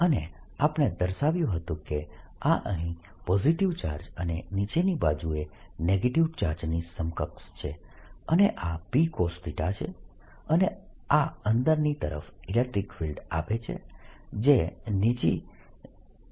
અને આપણે દર્શાવ્યું હતું કે આ અહીં પોઝીટીવ ચાર્જ અને નીચેની બાજુએ નેગેટીવ ચાર્જની સમકક્ષ છે અને આ Pcos છે અને આ અંદરની તરફ ઇલેક્ટ્રીક ફિલ્ડ આપે છે જે નીચે જઈ રહ્યું છે